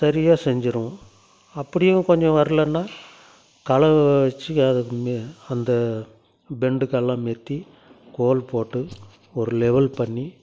சரியாக செஞ்சுருவோம் அப்படியும் கொஞ்சம் வரலன்னா கலவையை வச்சு அதுக்கு மே அந்த பெண்டுகளாம் நிமிர்த்தி கோல் போட்டு ஒரு லெவல் பண்ணி